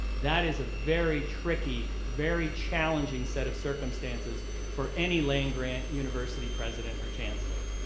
that is a very tricky, very challenging set of circumstances for any land-grant university president or chancellor.